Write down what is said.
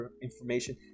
information